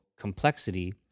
complexity